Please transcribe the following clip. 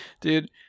dude